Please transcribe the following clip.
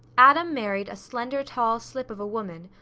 adam married a slender tall slip of a woman,